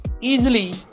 easily